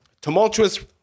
tumultuous